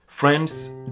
Friends